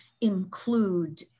include